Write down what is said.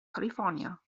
california